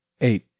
Eight